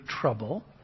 trouble